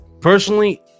personally